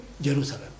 Jerusalem